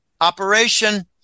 operation